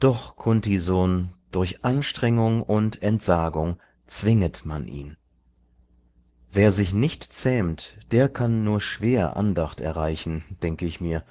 doch kunt sohn durch anstrengung und entsagung zwinget man ihn wer sich nicht zähmt der kann nur schwer andacht erreichen denk ich mir